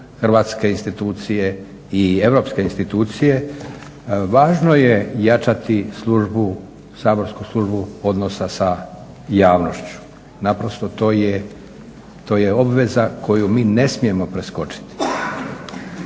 hrvatske institucije i europske institucije. Važno je jačati službu, Saborsku službu odnosa sa javnošću, naprosto to je, to je obveza koju mi ne smijemo preskočiti.